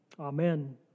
Amen